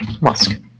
musk